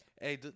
Hey